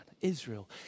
Israel